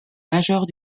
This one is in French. majeurs